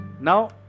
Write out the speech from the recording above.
now